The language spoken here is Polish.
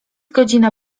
godzina